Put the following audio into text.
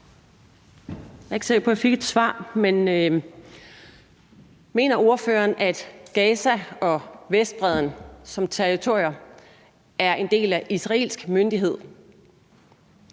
Jeg er ikke sikker på, at jeg fik et svar. Mener ordføreren, at Gaza og Vestbredden som territorier hører under israelsk myndighed?